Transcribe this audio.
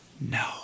no